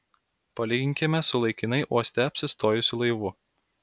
palyginkime su laikinai uoste apsistojusiu laivu